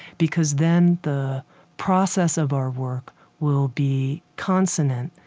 because then the process of our work will be consonant,